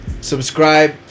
subscribe